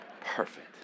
perfect